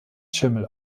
schimmel